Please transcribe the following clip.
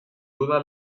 duda